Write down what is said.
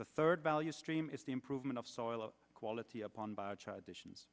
the third value stream is the improvement of soil quality upon by additions